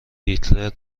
هیتلر